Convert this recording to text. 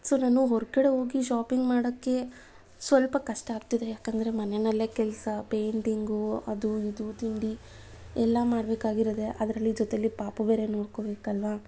so ನಾನು ಹೊರಗಡೆ ಹೋಗಿ ಶಾಪಿಂಗ್ ಮಾಡೋಕ್ಕೆ ಸ್ವಲ್ಪ ಕಷ್ಟ ಆಗ್ತಿದೆ ಏಕೆಂದರೆ ಮನೆಯಲ್ಲೆ ಕೆಲಸ ಪೇಂಟಿಂಗು ಅದು ಇದು ತಿಂಡಿ ಎಲ್ಲ ಮಾಡಬೇಕಾಗಿರೋದೇ ಅದರಲ್ಲಿ ಜೊತೇಲಿ ಪಾಪು ಬೇರೆ ನೋಡಿಕೊಳ್ಬೇಕಲ್ವಾ